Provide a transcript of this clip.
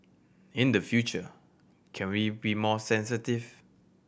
in the future can we be more sensitive